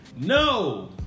No